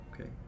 Okay